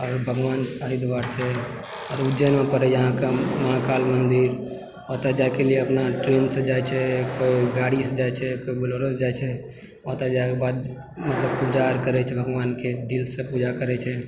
आओर भगवान हरिद्वार छै उज्जैनमे पड़ै य अहाँके महाकाल मन्दिर ओतय जाइके लिए अपना ट्रेनसँ जाइ छै कोइ गाड़ीसँ जाइ छै कोइ बोलरोसँ जाइ छै ओतय जाके मतलब पूजा अर करै छै भगवानके दिलसँ पूजा करै छै